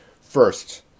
First